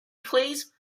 please